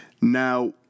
Now